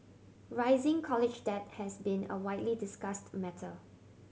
rising college debt has been a widely discussed matter